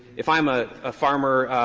if i am a ah farmer,